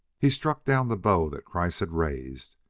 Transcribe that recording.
he struck down the bow that kreiss had raised,